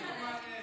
זעקתי עליהם.